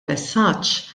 messaġġ